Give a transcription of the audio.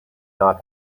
not